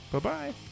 Bye-bye